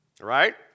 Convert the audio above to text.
Right